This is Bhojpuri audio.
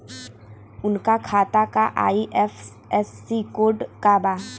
उनका खाता का आई.एफ.एस.सी कोड का बा?